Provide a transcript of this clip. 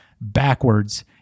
backwards